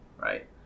right